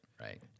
right